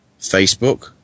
Facebook